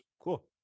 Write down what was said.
Cool